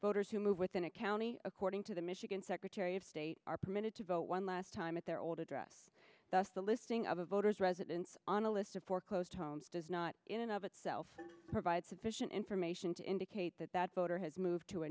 voters who move within a county according to the michigan secretary of state are permitted to vote one last time at their old address thus the listing of a voter's residence on a list of foreclosed homes does not in and of itself provide sufficient information to indicate that that voter has moved to a